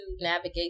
navigate